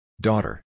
Daughter